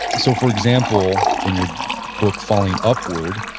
so for example, in your book falling upward,